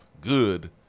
good